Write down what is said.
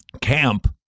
camp